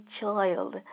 child